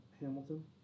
Hamilton